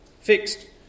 fixed